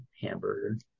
hamburger